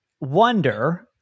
wonder